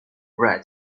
red